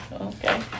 okay